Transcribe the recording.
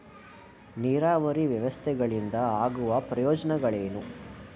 ನೀರಾವರಿ ವ್ಯವಸ್ಥೆಗಳಿಂದ ಆಗುವ ಪ್ರಯೋಜನಗಳೇನು?